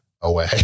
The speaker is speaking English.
away